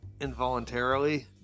involuntarily